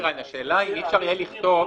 אי אפשר יהיה לכתוב,